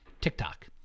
TikTok